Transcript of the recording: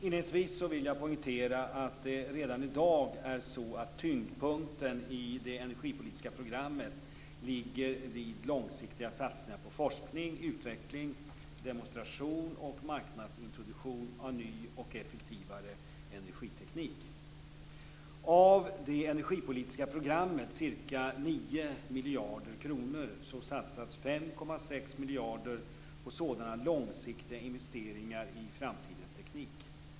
Inledningsvis vill jag poängtera att det redan i dag är så att tyngdpunkten i det energipolitiska programmet ligger vid långsiktiga satsningar på forskning, utveckling, demonstration och marknadsintroduktion av ny och effektivare energiteknik. Av det energipolitiska programmets ca 9 miljarder kronor satsas ca 5,6 miljarder på sådana långsiktiga investeringar i framtidens teknik.